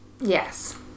Yes